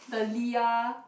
the Lia